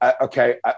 okay